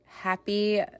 Happy